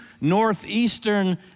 northeastern